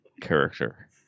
character